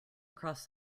across